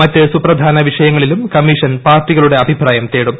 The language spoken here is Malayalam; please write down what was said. മറ്റ് സുപ്രധാന വിഷയങ്ങളിലും കമ്മീഷൻ പാർട്ടികളുടെ അഭിപ്രായം തേടും